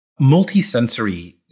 Multisensory